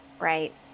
right